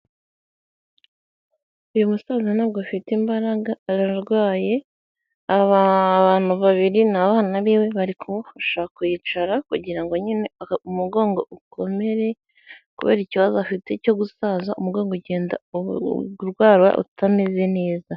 Uyu musaza ntabwo afite imbaraga ararwaye, aba bantu babiri ni abana b'iwe, bari kumufasha kwiyicara kugira ngo nyine umugongo ukomere, kubera ikibazo afite cyo gusaza umugongo ugenda urwara utameze neza.